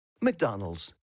McDonald's